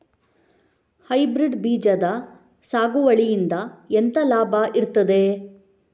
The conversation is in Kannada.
ಹೈಬ್ರಿಡ್ ಬೀಜದ ಸಾಗುವಳಿಯಿಂದ ಎಂತ ಲಾಭ ಇರ್ತದೆ?